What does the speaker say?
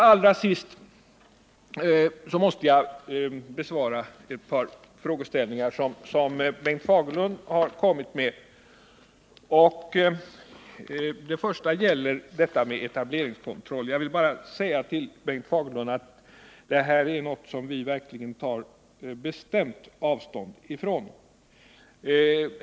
Jag vill besvara ett par frågor som Bengt Fagerlund har framställt. Den första frågan gäller detta med etableringskontroll. Jag vill bara säga till Bengt Fagerlund att detta är någonting som vi tar bestämt avstånd från.